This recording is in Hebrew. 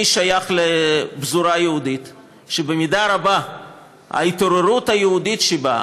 אני שייך לפזורה היהודית שבמידה רבה ההתעוררות היהודית בה,